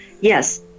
yes